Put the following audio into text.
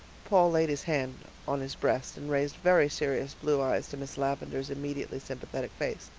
paul laid his hand on his breast and raised very serious blue eyes to miss lavendar's immediately sympathetic face.